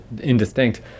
indistinct